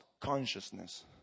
consciousness